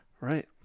Right